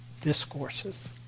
discourses